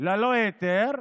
ללא היתר,